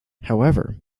however